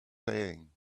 saying